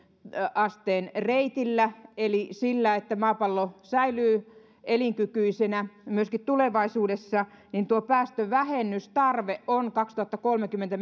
asteen reitillä eli sillä että maapallo säilyy elinkykyisenä myöskin tulevaisuudessa niin tuo päästövähennystarve on vuoteen kaksituhattakolmekymmentä